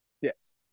Yes